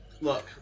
Look